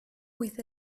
with